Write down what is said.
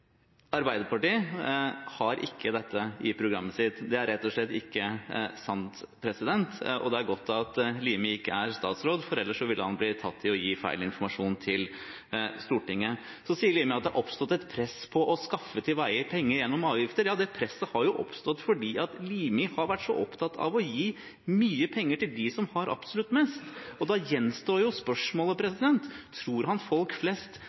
Arbeiderpartiet har ikke dette i programmet sitt. Det er rett og slett ikke sant, og det er godt at Limi ikke er statsråd, for ellers ville han blitt tatt i å gi feil informasjon til Stortinget. Så sier Limi at det har oppstått et press for å skaffe til veie penger gjennom avgifter. Ja, det presset har oppstått fordi Limi har vært så opptatt av å gi mye penger til dem som har absolutt mest. Og da gjenstår spørsmålet: Tror han folk flest